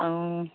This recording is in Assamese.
অঁ